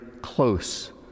close